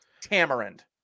Tamarind